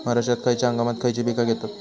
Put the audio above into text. महाराष्ट्रात खयच्या हंगामांत खयची पीका घेतत?